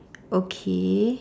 okay